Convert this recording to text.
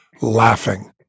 laughing